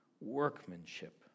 workmanship